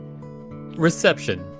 Reception